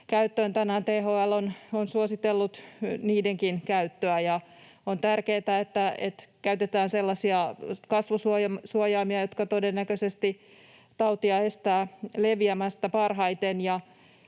käyttöön. Tänään THL on suositellut niidenkin käyttöä, ja on tärkeätä, että käytetään sellaisia kasvosuojaimia, jotka todennäköisesti tautia estävät leviämästä parhaiten,